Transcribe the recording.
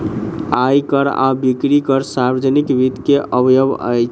आय कर आ बिक्री कर सार्वजनिक वित्त के अवयव अछि